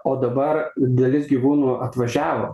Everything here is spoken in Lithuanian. o dabar dalis gyvūnų atvažiavo